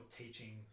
teaching